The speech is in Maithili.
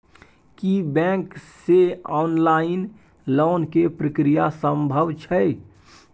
की बैंक से ऑनलाइन लोन के प्रक्रिया संभव छै?